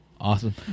awesome